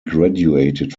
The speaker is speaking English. graduated